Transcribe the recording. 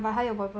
I heard about